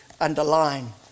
underline